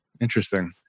Interesting